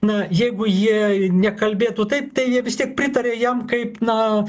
na jeigu jie nekalbėtų taip tai jie vis tiek pritaria jam kaip na